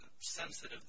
sensitive